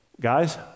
guys